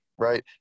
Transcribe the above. Right